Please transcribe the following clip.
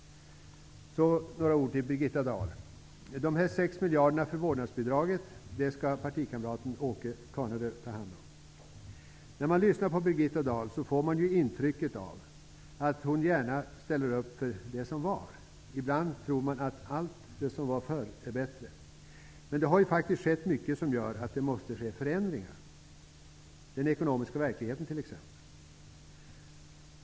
Så några ord till Birgitta Dahl. De 6 miljarderna för vårdnadsbidraget skall partikamraten Åke Carnerö tala om. När man lyssnar på Birgitta Dahl får man intrycket att hon gärna ställer upp för det som har varit. Ibland tror man att allt som var förr var bättre. Men det har faktiskt skett mycket som leder till förändringar, exempelvis den ekonomiska verkligheten.